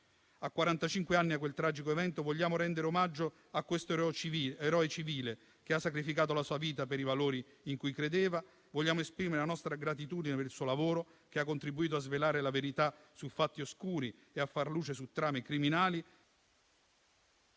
anni da quel tragico evento, vogliamo rendere omaggio a questo eroe civile, che ha sacrificato la sua vita per i valori in cui credeva. Vogliamo esprimere la nostra gratitudine per il suo lavoro, che ha contribuito a svelare la verità su fatti oscuri e a far luce su trame criminali...